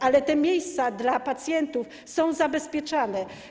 Ale te miejsca dla pacjentów są zabezpieczane.